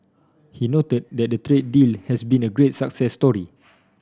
he noted that the trade deal has been a great success story